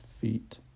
feet